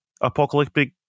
apocalyptic